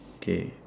okay